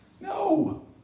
No